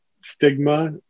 stigma